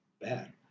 bad